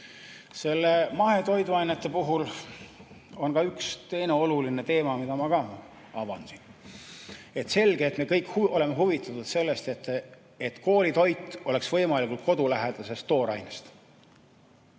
samme. Mahetoiduainete puhul on ka üks teine oluline teema, mida ma siin avan. Selge, et me kõik oleme huvitatud sellest, et koolitoit oleks võimalikult kodulähedasest toorainest.